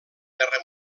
guerra